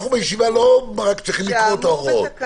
אנחנו בישיבה לא רק צריכים לקרוא את ההוראות,